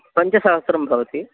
पञ्चसहस्रं भवति